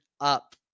up